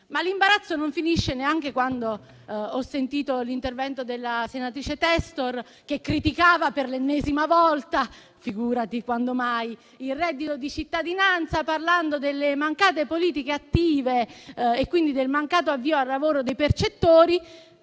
Ma l'imbarazzo non finisce neanche quando ho sentito l'intervento della senatrice Testor, che criticava per l'ennesima volta - figurati, quando mai! - il reddito di cittadinanza, parlando delle mancate politiche attive e quindi del mancato avvio al lavoro dei percettori.